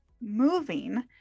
moving